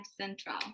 Central